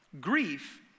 Grief